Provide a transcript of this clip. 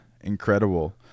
incredible